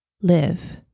Live